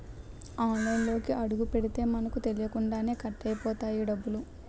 ఆన్లైన్లోకి అడుగుపెడితే మనకు తెలియకుండానే కట్ అయిపోతాయి డబ్బులు